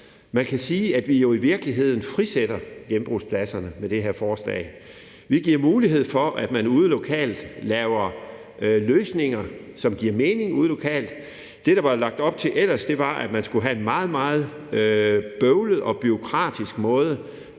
kan man sige, at vi jo i virkeligheden frisætter genbrugspladser med det her forslag. Vi giver mulighed for, at man ude lokalt laver løsninger, som giver mening ude lokalt. Det, der ellers var lagt op til, var, at man skulle have en meget, meget bøvlet og bureaukratisk måde